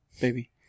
baby